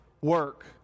work